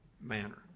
manner